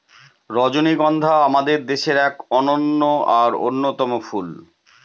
রজনীগন্ধা আমাদের দেশের এক অনন্য আর অন্যতম ফুল